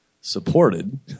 supported